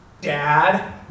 Dad